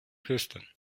houston